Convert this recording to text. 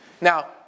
Now